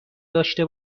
داشته